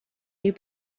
you